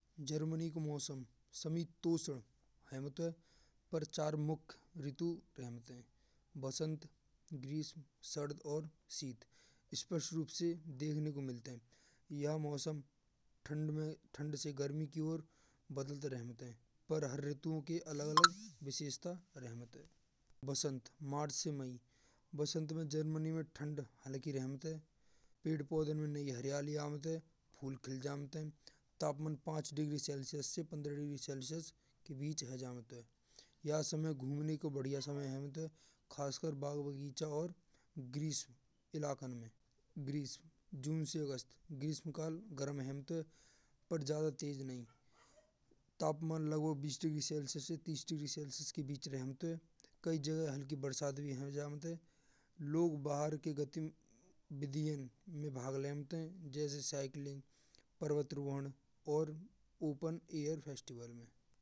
जर्मनी को मौसम समीतोषद रहवत है। पर चार मुख्य ऋतु रहवत है बसंत, ग्रीष्म, शरद और शीत स्पर्श रूप से देखने को मिलते हैं। ये मौसम ठंड में ठंड से गर्मी की ओर बदलते रहमेत हैं। पर हर ऋतुओं के अलग अलग विशेस्ता रहमेत है। बसंत मार्च से मई बसंत में जर्मनी में ठंड हल्की रहमेत हैं पेड़ पौधों में नई हरियाली आवत है फूल खिल जामत हैं। तापमान पाँच डिग्री सेल्सियस से पंद्रा डिग्री सेल्सियस के बीच रह जात है। या समय घूमने को बढ़िया समय हेवेत है। खासकर बाग बगिचा और ग्रीष्म के लक्षण में। ग्रीष्म जून से अगस्त ग्रीष्म काल गरम हेवेत है। पर ज्याद तेज नहीं। तापमान लगभग बीस डिग्री सेल्सियस से तीस डिग्री सेल्सियस के बीच रेवत है। कई जगह हल्की बरसात भी है जात है। लोग बाहर की गति विधियाँ में भाग लेवत हैं जैसे साइकलिंग पर्वतारोहण और ओपन एयर फेस्टिवल में।